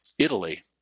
Italy